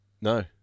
No